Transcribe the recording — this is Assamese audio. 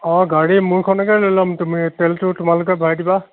অঁ গাড়ী মোৰখনকে লৈ ল'ম তুমি তেলটো তোমালোকে ভৰাই দিবা